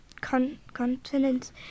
continent